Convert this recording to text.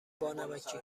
بانمکی